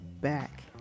back